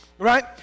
Right